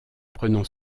prenant